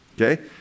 okay